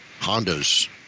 Honda's